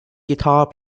guitar